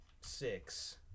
Six